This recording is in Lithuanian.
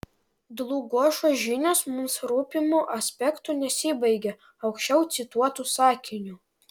dlugošo žinios mums rūpimu aspektu nesibaigia aukščiau cituotu sakiniu